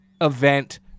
event